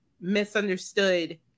misunderstood